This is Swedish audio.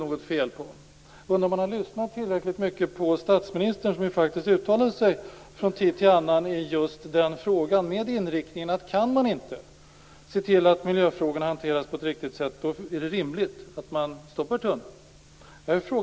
Jag undrar om han har lyssnat tillräckligt mycket på statsministern som faktiskt uttalat sig från tid till annan i just den frågan med inriktningen att om man inte kan se till att miljöfrågorna hanteras på ett riktigt sätt är det rimligt att man stoppar tunneln. Fru talman!